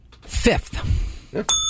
Fifth